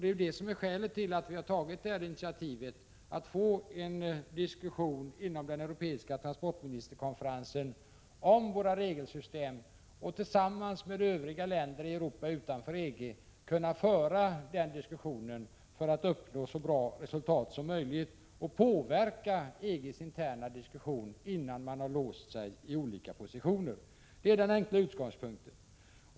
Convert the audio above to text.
Skälet till att vi har tagit detta initiativ är att vi inom den Europeiska transportministerkonferensen om våra regelsystem tillsammans med övriga länder i Europa utanför EG skall kunna få en diskussion för att uppnå så bra resultat som möjligt och kunna påverka EG:s interna diskussioner innan man låst sig i olika positioner. Detta är den enkla utgångspunkten.